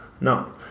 No